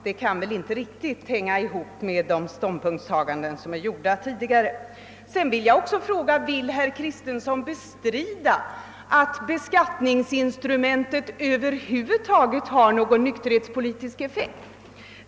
Det kan väl inte riktigt hänga ihop med tidigare gjorda ståndpunktstaganden. Sedan vill jag också fråga, om herr. Kristenson vill bestrida att beskatiningsinstrumentet över huvud taget har någon nykterhetspolitisk effekt.